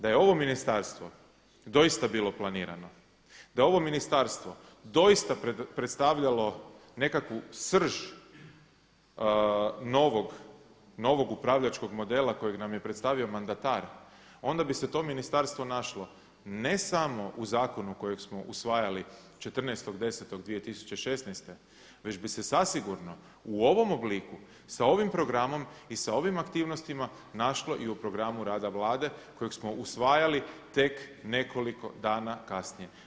Da je ovo ministarstvo doista bilo planirano, da je ovo ministarstvo doista predstavljalo nekakvu srž novog upravljačkog modela kojeg nam je predstavio mandatar, onda bi se to ministarstvo našlo ne samo u Zakonu kojeg smo usvajali 14.10.2016. već bi se zasigurno u ovom obliku sa ovim programom i sa ovim aktivnostima našlo i u programu rada Vlade kojeg smo usvajali tek nekoliko dana kasnije.